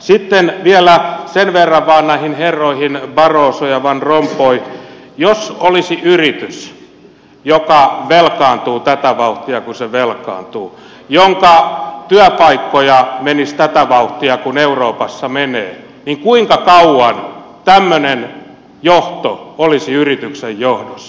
sitten vielä vain sen verran näihin herroihin barroso ja van rompuy että jos olisi yritys joka velkaantuisi tätä vauhtia jonka työpaikkoja menisi tätä vauhtia kuin euroopassa menee niin kuinka kauan tämmöinen johto olisi yrityksen johdossa